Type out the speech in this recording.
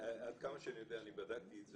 עד כמה שאני יודע אני בדקתי את זה